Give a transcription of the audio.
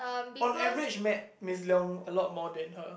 on average met miss Leong a lot more than her